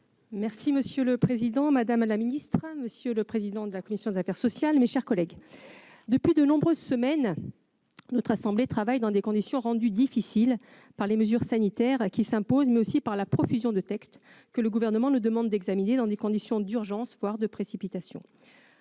de faire. La parole est à Mme le rapporteur. Monsieur le président, madame la ministre, mes chers collègues, depuis de nombreuses semaines, notre assemblée travaille dans des conditions rendues difficiles par les mesures sanitaires qui s'imposent, mais aussi par la profusion de textes que le Gouvernement nous demande d'examiner dans des conditions d'urgence, voire de précipitation.